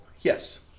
yes